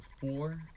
four